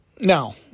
Now